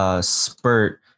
spurt